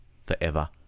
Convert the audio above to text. forever